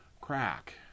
crack